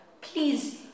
please